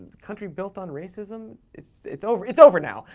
country built on racism. it's. it's over. it's over now!